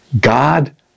God